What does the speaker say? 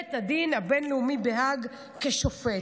לבית הדין הבין-לאומי בהאג כשופט.